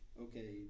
okay